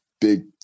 big